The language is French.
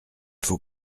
faux